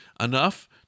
enough